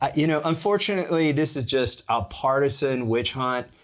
ah you know, unfortunately this is just a partisan witch hunt.